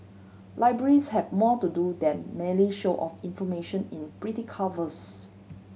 libraries have more to do than merely show off information in pretty covers